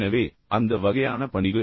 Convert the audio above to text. எனவே அந்த வகையான பணிவு